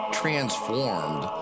transformed